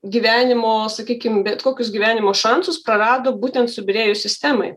gyvenimo sakykim bet kokius gyvenimo šansus prarado būtent subyrėjus sistemai